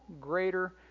greater